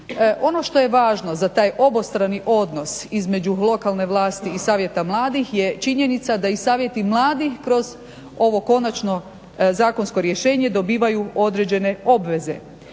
Ono što je važno za taj obostrani odnos između lokalne vlasti i Savjeta mladih je činjenica da i Savjeti mladih kroz ovo konačno zakonsko rješenje dobivaju određene obveze.